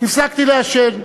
הפסקתי לעשן,